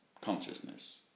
consciousness